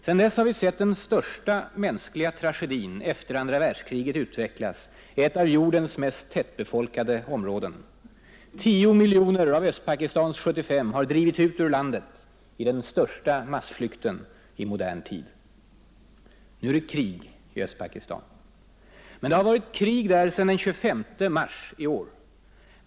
Sen dess har vi sett den största mänskliga tragedin efter andra världskriget utvecklas i ett av jordens mest tättbefolkade områden. 10 miljoner av Östpakistans 75 har drivits ut ur landet i den största massflykten i modern tid. Nu är det krig i Östpakistan. Men det har varit krig där sen den 25 mars i år.